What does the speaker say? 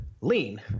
lean